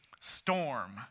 storm